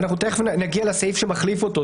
תיכף נגיע לסעיף שמחליף אותו,